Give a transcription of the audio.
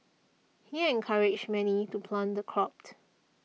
he encouraged many to plant the cropt